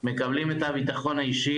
מקבלים את הביטחון האישי,